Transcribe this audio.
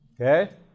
Okay